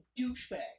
douchebag